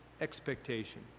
Expectation